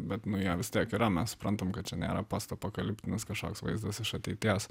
bet nu jie vis tiek yra mes suprantam kad čia nėra postapokaliptinis kažkoks vaizdas iš ateities